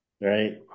right